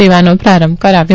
સેવાનો પ્રારંભ કરાવ્યો